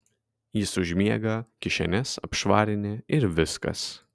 jis užmiega kišenes apšvarini ir viskas